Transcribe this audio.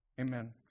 Amen